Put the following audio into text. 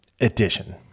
edition